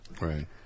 Right